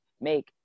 make